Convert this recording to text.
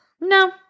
No